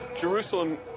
Jerusalem